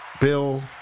Bill